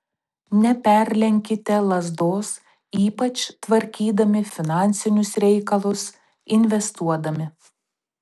neperlenkite lazdos ypač tvarkydami finansinius reikalus investuodami